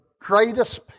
greatest